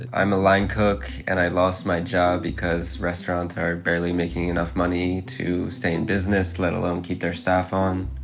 i'm a line cook, and i lost my job because restaurants are barely making enough money to stay in business, let alone keep their staff on.